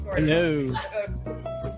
No